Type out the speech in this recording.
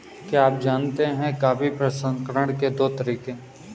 क्या आप जानते है कॉफी प्रसंस्करण के दो तरीके है?